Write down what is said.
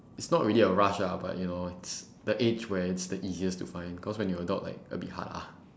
it's not really a rush ah but you know it's the age where it's the easiest to find cause when you are a adult like a bit hard ah